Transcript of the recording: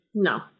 No